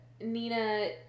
Nina